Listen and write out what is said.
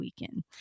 weekend